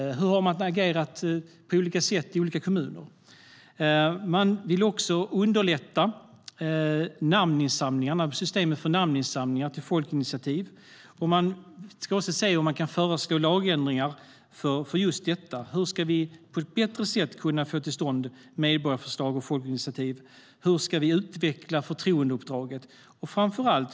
Hur har man agerat i olika kommuner? Utredningen vill också underlätta systemet för namninsamlingar till folkinitiativ. Utredningen ska också se över om det går att föreslå lagändringar för just detta. Hur kan medborgarförslag komma till stånd på ett bättre sätt? Hur ska förtroendeuppdraget utvecklas?